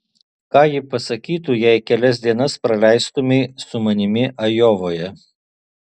ką ji pasakytų jei kelias dienas praleistumei su manimi ajovoje